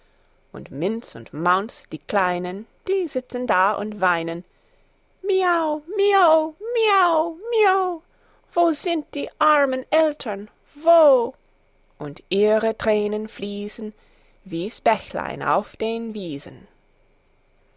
und minz und maunz die kleinen die sitzen da und weinen miau mio miau mio wo sind die armen eltern wo und ihre tränen fließen wie's bächlein auf den wiesen